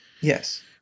Yes